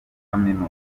kaminuza